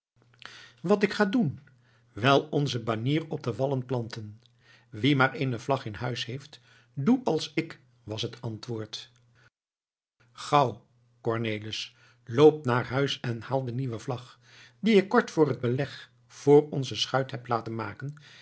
wat ik ga doen wel onze banier op de wallen planten wie maar eene vlag in huis heeft doe als ik was het antwoord gauw cornelis loop naar huis en haal de nieuwe vlag die ik kort voor het beleg voor onze schuit heb laten maken